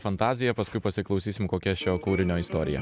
fantaziją paskui pasiklausysim kokia šio kūrinio istorija